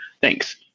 Thanks